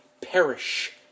perish